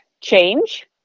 change